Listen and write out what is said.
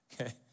Okay